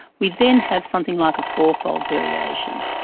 we then have something like a four-fold variation.